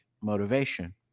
motivation